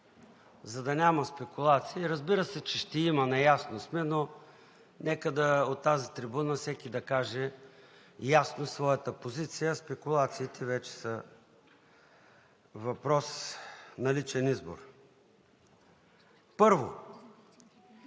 за да няма спекулации. Разбира се, че ще има, наясно сме, но нека от тази трибуна всеки да каже ясно своята позиция, а спекулациите вече са въпрос на личен избор. Първо,